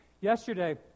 Yesterday